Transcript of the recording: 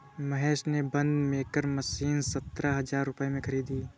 महेश ने बंद maker machine सतरह हजार रुपए में खरीदी